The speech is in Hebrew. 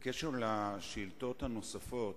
בקשר לשאילתות הנוספות,